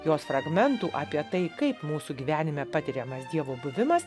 jos fragmentų apie tai kaip mūsų gyvenime patiriamas dievo buvimas